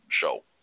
show